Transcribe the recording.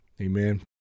Amen